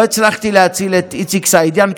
לא הצלחתי להציל את איציק סעידיאן,